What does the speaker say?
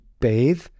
bathe